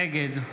נגד